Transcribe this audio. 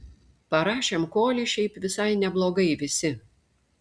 parašėm kolį šiaip visai neblogai visi